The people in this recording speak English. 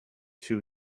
two